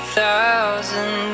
thousand